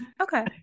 okay